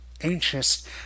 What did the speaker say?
anxious